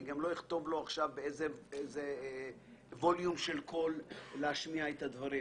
אני לא אכתיב לו באיזה ווליום של קול להשמיע את הדברים.